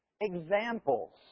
examples